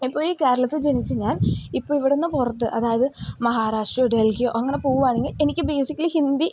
ഇപ്പോൾ ഈ കേരളത്തിൽ ജനിച്ച ഞാൻ ഇപ്പോൾ ഇവിടെ നിന്ന് പുറത്ത് അതായത് മഹാരാഷ്ട്രയോ ഡൽഹിയോ അങ്ങനെ പോവുകയാണെങ്കിൽ എനിക്ക് ബേസിക്കലി ഹിന്ദി